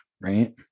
right